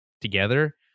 together